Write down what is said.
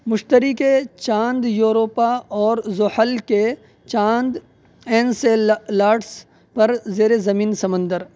مشتری کے چاند یوروپا اور زحل کے چاند این سے لارڈس پر زیر زمین سمندر